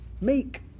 meek